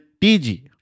TG